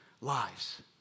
lives